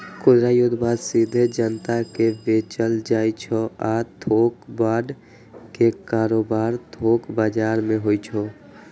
खुदरा युद्ध बांड सीधे जनता कें बेचल जाइ छै आ थोक बांड के कारोबार थोक बाजार मे होइ छै